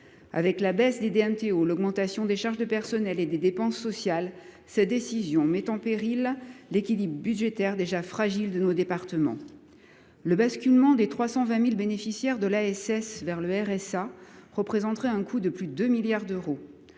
de la baisse des DMTO, de l’augmentation des charges de personnels et des dépenses sociales, cette décision met en péril l’équilibre budgétaire déjà fragile de nos départements. Le basculement des 320 000 bénéficiaires de l’ASS vers le RSA coûterait plus de 2 milliards d’euros